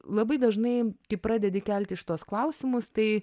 labai dažnai kai pradedi kelti šituos klausimus tai